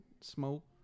smoke